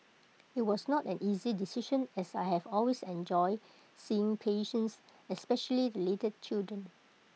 IT was not an easy decision as I have always enjoyed seeing patients especially the little children